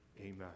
Amen